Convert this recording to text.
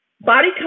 body